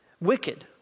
wicked